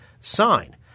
sign